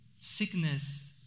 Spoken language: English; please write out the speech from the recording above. sickness